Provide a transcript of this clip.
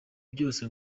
byose